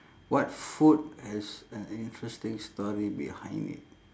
what food has an interesting story behind it